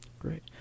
Great